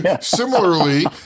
similarly